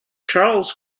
charles